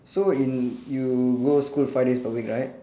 so in you go school five days per week right